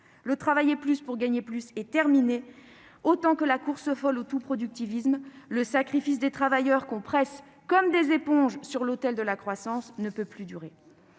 Le « travailler plus pour gagner plus » est terminé, autant que la course folle au tout-productivisme. Le sacrifice des travailleurs qu'on presse comme des éponges sur l'autel de la croissance ne peut plus durer